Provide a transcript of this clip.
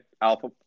Alpha